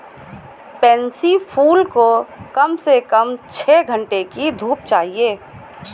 pansy फूल को कम से कम छह घण्टे की धूप चाहिए